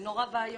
זה נורא ואיום.